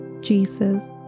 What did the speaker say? Jesus